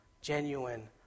genuine